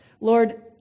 Lord